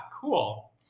cool